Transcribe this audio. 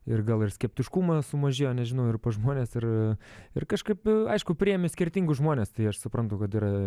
ir gal ir skeptiškumas sumažėjo nežinau ir pas žmones ir ir kažkaip aišku priėmi skirtingus žmones tai aš suprantu kad yra